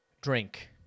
Drink